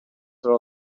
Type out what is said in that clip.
their